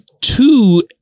two